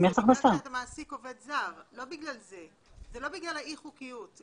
זה לא בגלל האי-חוקיות,